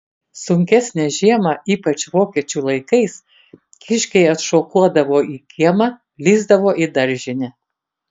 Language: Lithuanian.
sunkesnę žiemą ypač vokiečių laikais kiškiai atšokuodavo į kiemą lįsdavo į daržinę